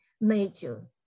nature